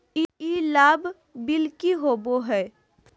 ई लाभ बिल की होबो हैं?